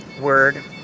word